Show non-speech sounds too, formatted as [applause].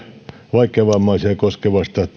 vaikeavammaisia koskevasta [unintelligible]